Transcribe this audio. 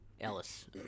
Ellis